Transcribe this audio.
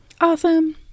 Awesome